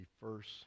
first